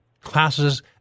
classes